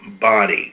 body